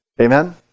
Amen